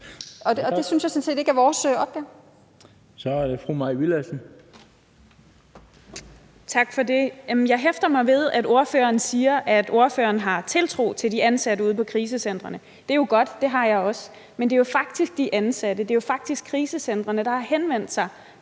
Så er det fru Mai Villadsen. Kl. 10:55 Mai Villadsen (EL): Tak for det. Jeg hæfter mig ved, at ordføreren siger, at ordføreren har tiltro til de ansatte ude på krisecentrene. Det er godt, og det har jeg også, men det er jo faktisk de ansatte, det er jo faktisk krisecentrene, der gang